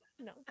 No